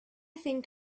think